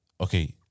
okay